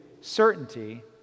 certainty